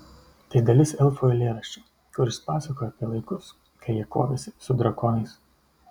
tai dalis elfų eilėraščio kuris pasakoja apie laikus kai jie kovėsi su drakonais